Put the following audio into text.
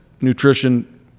nutrition